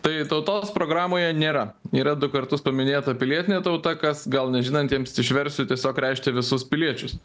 tai tautos programoje nėra yra du kartus paminėta pilietinė tauta kas gal nežinantiems išversiu tiesiog reiškia visus piliečius